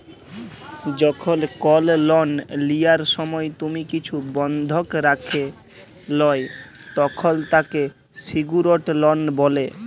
যখল কল লন লিয়ার সময় তুমি কিছু বনধক রাখে ল্যয় তখল তাকে স্যিক্যুরড লন বলে